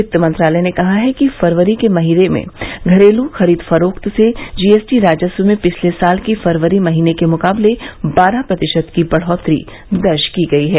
वित्त मंत्रालय ने कहा है कि फरवरी के महीने में घरेलू खरीद फरोख्त से जीएसटी राजस्व में पिछले साल की फरवरी महीने के मुकाबले बारह प्रतिशत की बढोत्तरी दर्ज की गई है